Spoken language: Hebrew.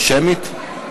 שמית?